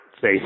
say